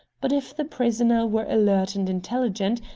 but if the prisoner were alert and intelligent,